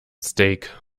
steak